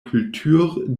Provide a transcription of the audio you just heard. cultures